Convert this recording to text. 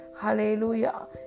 Hallelujah